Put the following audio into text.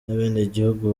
n’abenegihugu